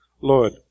Lord